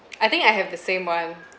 I think I have the same one